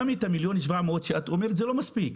גם אותם 1.7 מיליון שאת אומרת זה לא מספיק.